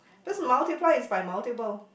because multiply is by multiple